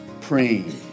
praying